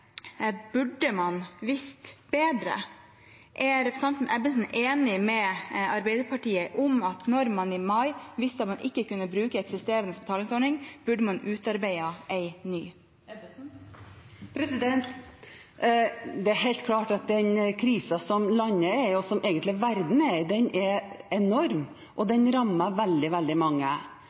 Burde man visst bedre? Er representanten Ebbesen enig med Arbeiderpartiet i at når man i mai visste at man ikke kunne bruke en betalingsordning, burde man utarbeidet en ny? Det er helt klart at den krisen som landet er i, og som egentlig verden er i, er enorm, og den rammer veldig, veldig mange. Jeg er veldig fornøyd med at vi har tatt mange